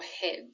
head